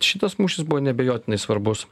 šitas mūšis buvo neabejotinai svarbus